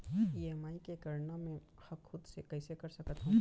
EMI के गड़ना मैं हा खुद से कइसे कर सकत हव?